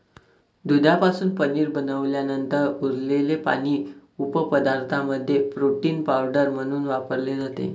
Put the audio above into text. दुधापासून पनीर बनवल्यानंतर उरलेले पाणी उपपदार्थांमध्ये प्रोटीन पावडर म्हणून वापरले जाते